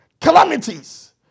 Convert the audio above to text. calamities